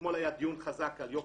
אתמול היה דיון על יוקר המחיה.